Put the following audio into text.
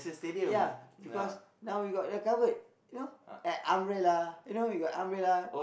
ya because now we got the covered you know uh umbrella you know we got umbrella